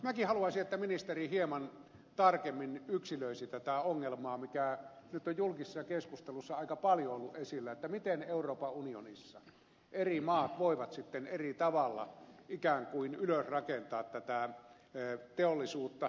minäkin haluaisin että ministeri hieman tarkemmin yksilöisi tätä ongelmaa mikä nyt on julkisessa keskustelussa aika paljon ollut esillä miten euroopan unionissa eri maat voivat eri tavalla ikään kuin ylösrakentaa tätä teollisuutta